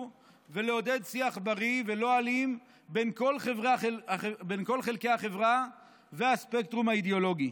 ולעודד שיח בריא ולא אלים בין כל חלקי החברה והספקטרום האידיאולוגי.